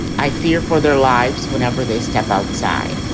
i fear for their lives whenever they step outside.